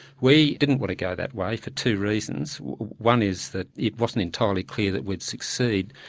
we didn't want to go that way for two reasons one is that it wasn't entirely clear that we'd succeed,